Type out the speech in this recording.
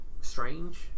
strange